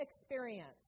experience